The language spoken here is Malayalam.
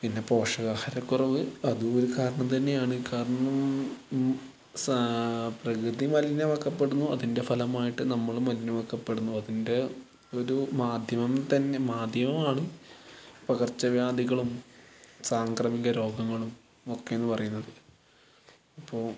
പിന്നെ പോഷകാഹാരക്കുറവ് അതുമൊരു കാരണം തന്നെയാണ് കാരണം പ്രകൃതി മലിനമാക്കപ്പെടുന്നു അതിന്റെ ഫലമായിട്ട് നമ്മളും മലിനമാക്കപ്പെടുന്നു അതിന്റെ ഒരു മാധൃമം തന്നെ മാധൃമമാണ് പകര്ച്ചവ്യാധികളും സാംക്രമിക രോഗങ്ങളും ഒക്കെ എന്ന് പറയുന്നത് അപ്പോൾ